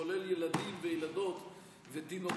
כולל ילדים וילדות ותינוקות,